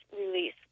release